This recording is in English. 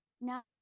now